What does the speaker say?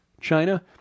China